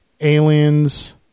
Aliens